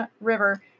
river